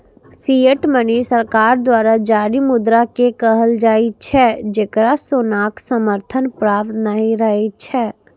fiat money सरकार द्वारा जारी मुद्रा कें कहल जाइ छै, जेकरा सोनाक समर्थन प्राप्त नहि रहै छै